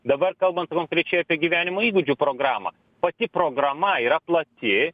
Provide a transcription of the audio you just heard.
dabar kalbant konkrečiai apie gyvenimo įgūdžių programą pati programa yra plati